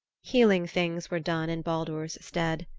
healing things were done in baldur's stead.